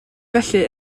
felly